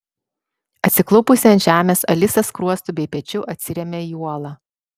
atsiklaupusi ant žemės alisa skruostu bei pečiu atsiremia į uolą